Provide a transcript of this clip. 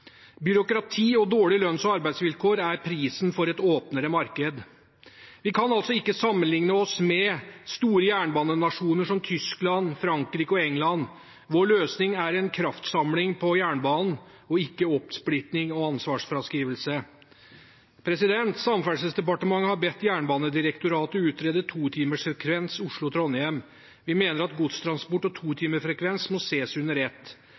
Byråkrati og dårlige lønns- og arbeidsvilkår er prisen for et åpnere marked. Vi kan altså ikke sammenligne oss med store jernbanenasjoner som Tyskland, Frankrike og England. Vår løsning er en kraftsamling om jernbanen og ikke oppsplitting og ansvarsfraskrivelse. Samferdselsdepartementet har bedt Jernbanedirektoratet utrede totimersfrekvens Oslo–Trondheim. Vi mener at godstransport og totimersfrekvens må ses under ett.